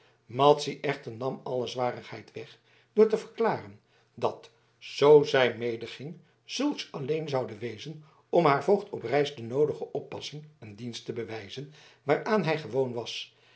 madzy echter nam alle zwarigheid weg door te verklaren dat zoo zij medeging zulks alleen zoude wezen om haar voogd op reis de noodige oppassing en dienst te bewijzen waaraan hij gewoon was